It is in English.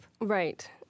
Right